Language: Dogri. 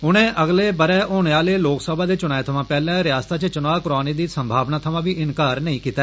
उनें अगले बरे होने आह्ले लोक सभा दे चुनाए थमां पैहले रियासता च चुना करवाने दी सुभावना थमां बी इंकार नेई कीता